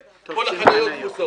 עם תו חניה של נכה וכל החניות תפוסות?